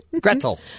Gretel